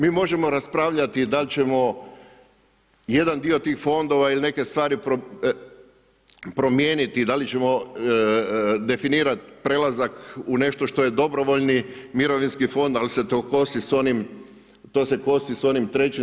Mi možemo raspravljati dal ćemo jedan dio tih fondova ili neke stvari promijeniti, da li ćemo definirat prelazak u nešto što je dobrovoljni mirovinski fond, dal se to kosi s onim, to se kosi s onim III.